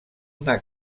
una